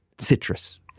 citrus